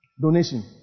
donation